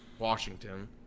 Washington